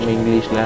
English